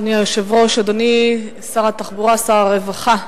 אדוני היושב-ראש, אדוני שר התחבורה, שר הרווחה,